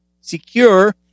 secure